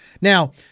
Now